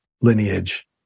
lineage